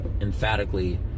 emphatically